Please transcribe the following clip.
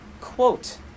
quote